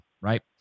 right